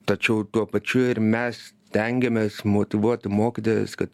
tačiau tuo pačiu ir mes stengiamės motyvuoti mokytojas kad